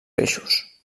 peixos